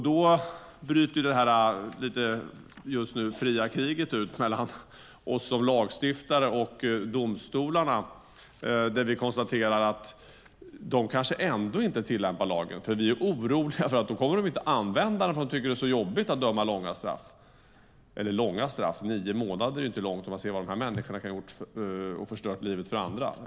Då bryter det just nu lite fria kriget ut mellan oss som lagstiftare och domstolarna där vi konstaterar att de kanske ändå inte tillämpar lagen. Vi är oroliga för att de inte kommer att använda den eftersom de tycker att det är så jobbigt att döma till långa straff. Men nio månader är inte långt med tanke på hur de här människorna har förstört livet för andra.